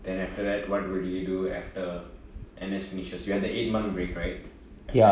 then after that what would you do after N_S finishes you have the eight month break right after N_S